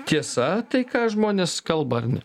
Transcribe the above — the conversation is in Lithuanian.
tiesa tai ką žmonės kalba ar ne